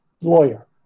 lawyer